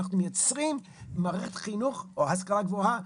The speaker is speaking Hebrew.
אנחנו מייצרים מערכת חינוך או השכלה גבוהה,